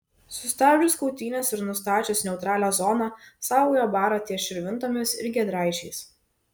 sustabdžius kautynes ir nustačius neutralią zoną saugojo barą ties širvintomis ir giedraičiais